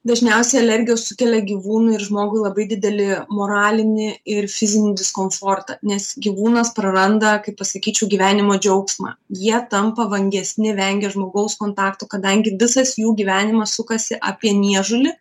dažniausiai alergijos sukelia gyvūnui ir žmogui labai didelį moralinį ir fizinį diskomfortą nes gyvūnas praranda kaip pasakyčiau gyvenimo džiaugsmą jie tampa vangesni vengia žmogaus kontakto kadangi visas jų gyvenimas sukasi apie niežulį